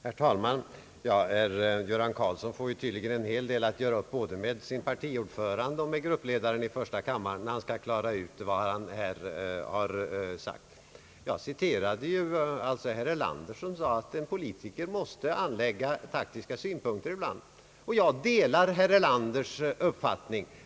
Herr talman! Herr Göran Karlsson får tydligen en hel del att göra upp både med sin partiordförande och med gruppledaren i första kammaren, när han skall klara upp vad han här har sagt. Jag citerade herr Erlander, som sagt att en politiker måste anlägga taktiska synpunkter ibland. Jag delar herr Erlanders uppfattning.